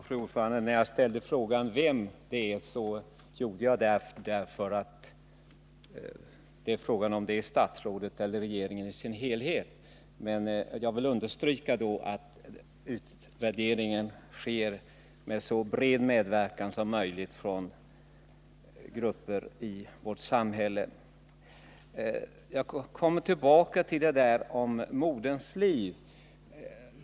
Fru talman! När jag frågade vem det är som tillsätter utredningen avsåg jag om det är statsrådet eller regeringen i dess helhet. Jag vill understryka att utvärderingen bör ske med så bred medverkan som möjligt från olika grupper i vårt samhälle. Jag återkommer till det fall då moderns liv är i fara.